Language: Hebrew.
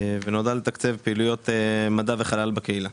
ונועדה לתקצב פעילויות מדע וחלל בקהילה.